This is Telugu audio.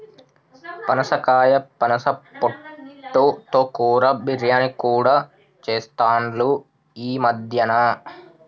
పనసకాయ పనస పొట్టు తో కూర, బిర్యానీ కూడా చెస్తాండ్లు ఈ మద్యన